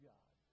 God